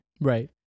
Right